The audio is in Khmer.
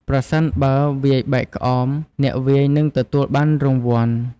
ប្រសិនបើវាយបែកក្អម អ្នកវាយនឹងទទួលបានរង្វាន់។